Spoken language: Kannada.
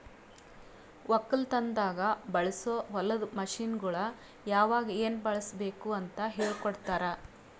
ಒಕ್ಕಲತನದಾಗ್ ಬಳಸೋ ಹೊಲದ ಮಷೀನ್ಗೊಳ್ ಯಾವಾಗ್ ಏನ್ ಬಳುಸಬೇಕ್ ಅಂತ್ ಹೇಳ್ಕೋಡ್ತಾರ್